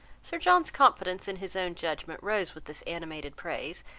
sir john's confidence in his own judgment rose with this animated praise,